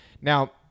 Now